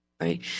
right